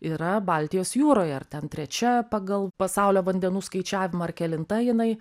yra baltijos jūroje ar ten trečia pagal pasaulio vandenų skaičiavimą ar kelinta jinai